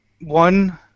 one –